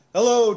Hello